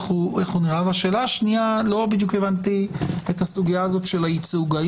והשאלה השנייה, לא הבנתי את הסוגיה של הייצוג.